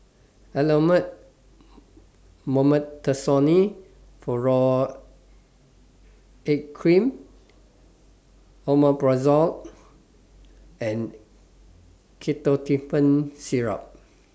Elomet Mometasone Furoate Cream Omeprazole and Ketotifen Syrup